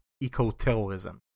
eco-terrorism